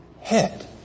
head